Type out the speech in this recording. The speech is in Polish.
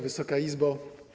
Wysoka Izbo!